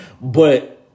but-